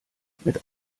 mit